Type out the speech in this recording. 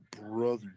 brother